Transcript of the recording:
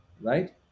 right